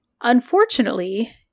Unfortunately